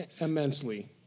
immensely